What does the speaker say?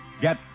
Get